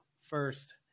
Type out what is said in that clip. first